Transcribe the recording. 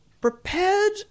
prepared